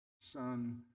Son